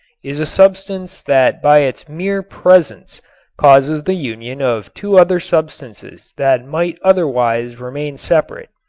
is a substance that by its mere presence causes the union of two other substances that might otherwise remain separate.